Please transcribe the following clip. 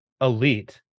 elite